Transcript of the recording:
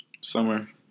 summer